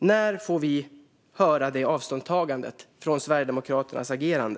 När får vi höra kulturministern ta avstånd från Sverigedemokraternas agerande?